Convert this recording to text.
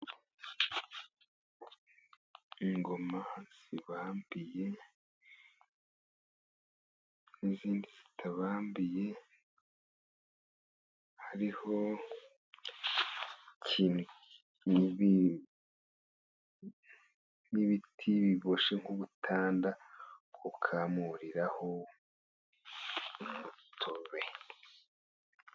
Ingoma zibambiye, n'izindi zitabambiye, hariho n'ibiti biboshye nk'ubutanda, ukamuriraho umutobe